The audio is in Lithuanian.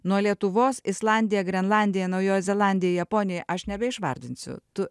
nuo lietuvos islandija grenlandija naujoji zelandija japonija aš nebeišvardinsiu tu